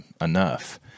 enough